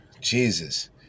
Jesus